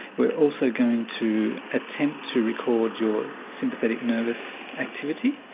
we're also going to attempt to record your sympathetic nervous activity,